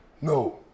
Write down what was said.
no